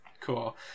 Cool